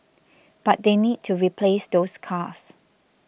but they need to replace those cars